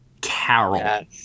Carol